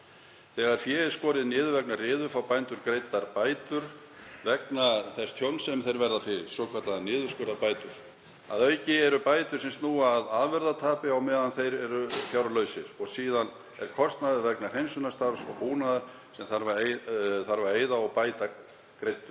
Þegar fé er skorið niður vegna riðu fá bændur greiddar bætur vegna þess tjóns sem þeir verða fyrir, svokallaðar niðurskurðarbætur. Að auki eru bætur sem snúa að afurðatapi á meðan þeir eru fjárlausir og síðan er kostnaður vegna hreinsunarstarfs og búnaðar sem þarf að eyða og bæta greiddur.